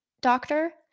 doctor